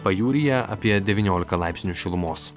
pajūryje apie devyniolika laipsnių šilumos